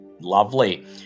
Lovely